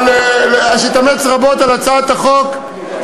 על הצעת החוק,